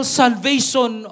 salvation